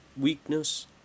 weakness